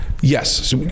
Yes